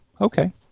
okay